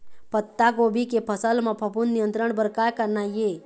पत्तागोभी के फसल म फफूंद नियंत्रण बर का करना ये?